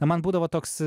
na man būdavo toks